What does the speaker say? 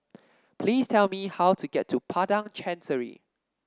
please tell me how to get to Padang Chancery